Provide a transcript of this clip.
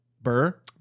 Burr